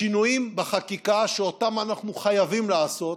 השינויים בחקיקה שאותם אנחנו חייבים לעשות,